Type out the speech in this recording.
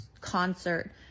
concert